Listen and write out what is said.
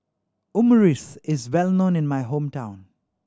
omurice is well known in my hometown